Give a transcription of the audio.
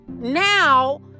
now